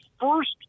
first